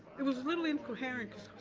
i was literally incoherent cause.